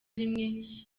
rimwe